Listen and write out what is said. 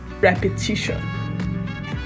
repetition